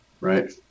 right